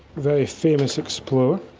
very famous explorer.